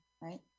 right